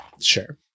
sure